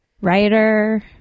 Writer